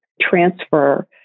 transfer